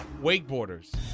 wakeboarders